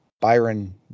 Byron